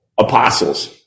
apostles